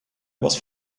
was